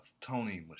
Tony